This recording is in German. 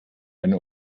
ein